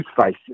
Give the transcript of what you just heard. face